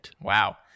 Wow